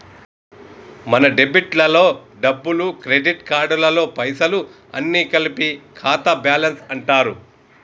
మన డెబిట్ లలో డబ్బులు క్రెడిట్ కార్డులలో పైసలు అన్ని కలిపి ఖాతా బ్యాలెన్స్ అంటారు